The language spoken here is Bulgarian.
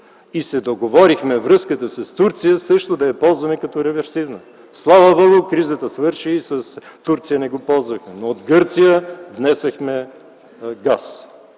и се договорихме връзката с Турция също да я ползваме като реверсивна. Слава Богу, кризата свърши и с Турция не го ползвахме, но от Гърция внесохме газ.